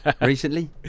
recently